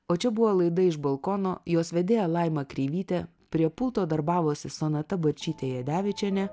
o čia buvo laida iš balkono jos vedėja laima kreivytė prie pulto darbavosi sonata bačytė jadevičienė